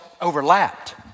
overlapped